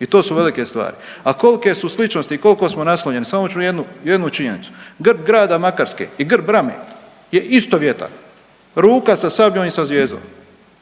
I to su velike stvari. A kolike su sličnosti i koliko smo naslonjeni, samo ću jednu činjenicu. Grb grada Makarske i grb Rame je istovjetan. Ruka sa sabljom i sa zvijezdom.